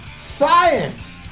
Science